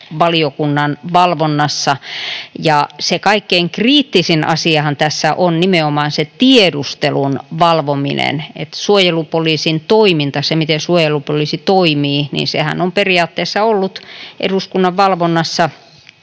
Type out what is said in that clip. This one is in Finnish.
valiokunnan valvonnassa. Se kaikkein kriittisin asiahan tässä on nimenomaan se tiedustelun valvominen. Suojelupoliisin toiminta, se, miten suojelupoliisi toimii, on periaatteessa ollut eduskunnan valvonnassa